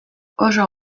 oso